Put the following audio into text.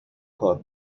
کار